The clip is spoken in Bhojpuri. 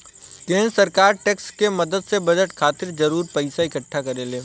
केंद्र सरकार टैक्स के मदद से बजट खातिर जरूरी पइसा इक्कठा करेले